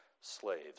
slaves